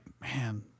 man